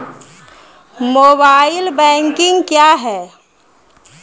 Mobile banking क्या हैं?